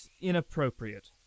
inappropriate